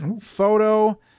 photo